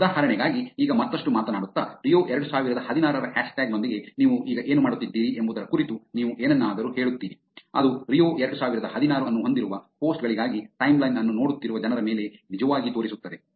ಉದಾಹರಣೆಗಾಗಿ ಈಗ ಮತ್ತಷ್ಟು ಮಾತನಾಡುತ್ತಾ ರಿಯೊ 2016 ರ ಹ್ಯಾಶ್ಟ್ಯಾಗ್ ನೊಂದಿಗೆ ನೀವು ಈಗ ಏನು ಮಾಡುತ್ತಿದ್ದೀರಿ ಎಂಬುದರ ಕುರಿತು ನೀವು ಏನನ್ನಾದರೂ ಹೇಳುತ್ತೀರಿ ಅದು ರಿಯೊ 2016 ಅನ್ನು ಹೊಂದಿರುವ ಪೋಸ್ಟ್ ಗಳಿಗಾಗಿ ಟೈಮ್ಲೈನ್ ಅನ್ನು ನೋಡುತ್ತಿರುವ ಜನರ ಮೇಲೆ ನಿಜವಾಗಿ ತೋರಿಸುತ್ತದೆ